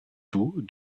tout